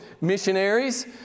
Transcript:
missionaries